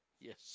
yes